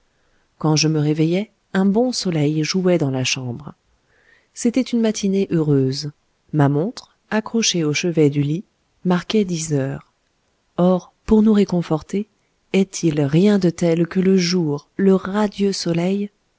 quand je me réveillai un bon soleil jouait dans la chambre c'était une matinée heureuse ma montre accrochée au chevet du lit marquait dix heures or pour nous réconforter est-il rien de tel que le jour le radieux soleil